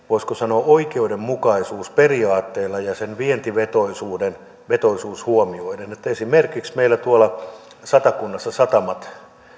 voisiko sanoa oikeudenmukaisuusperiaatteella ja sen vientivetoisuus vientivetoisuus huomioiden esimerkiksi meillä tuolla satakunnassa satamat